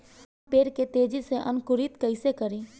हम पेड़ के तेजी से अंकुरित कईसे करि?